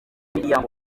miryango